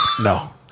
No